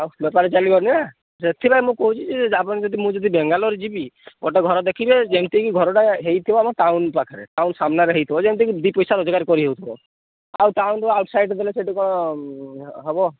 ଆଉ ବେପାର ଚାଲିବନି ନା ସେଥିପାଇଁ ମୁଁ କହୁଛି ଯେ ଆପଣ ଯଦି ମୁଁ ଯଦି ବାଙ୍ଗାଲୋର ଯିବି ଗୋଟେ ଘର ଦେଖିବେ ଯେମିତିକି ଘରଟା ହେଇଥିବ ଆମ ଟାଉନ୍ ପାଖରେ ଟାଉନ୍ ସାମ୍ନାରେ ହେଇଥିବ ଯେମିତିକି ଦି ପଇସା ରୋଜଗାର କରିହେଉଥିବ ଆଉ ଟାଉନ୍ରୁ ଆଉଟ୍ ସାଇଡ଼୍ ଦେଲେ ସେଠି କ'ଣ ହବ